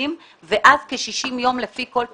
המכרזים ועד כ-60 ימים לפי כל פרסום.